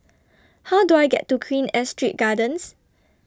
How Do I get to Queen Astrid Gardens